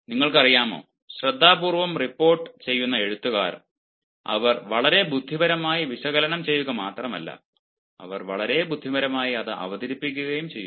നിങ്ങൾക്കറിയാമോ ശ്രദ്ധാപൂർവ്വം റിപ്പോർട്ട് ചെയ്യുന്ന എഴുത്തുകാർ അവർ വളരെ ബുദ്ധിപരമായി വിശകലനം ചെയ്യുക മാത്രമല്ല അവർ വളരെ ബുദ്ധിപരമായി അത് അവതരിപ്പിക്കുകയും ചെയ്യുന്നു